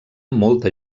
molta